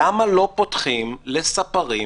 למה לא פותחים ספורט?